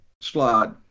slide